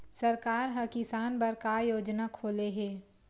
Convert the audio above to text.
सरकार ह किसान बर का योजना खोले हे?